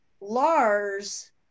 Lars